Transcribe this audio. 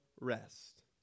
rest